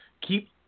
keep